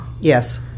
yes